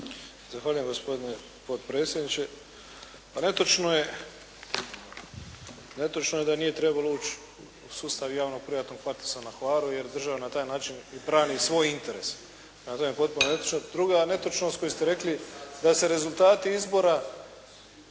Zahvaljujem gospodine potpredsjedniče. Netočno je da nije trebalo ući u sustav javno-privatnog partnerstva na Hvaru, jer država na taj način brani svoj interes. To je potpuno netočno. Druga netočnost koju ste rekli da se rezultati izbora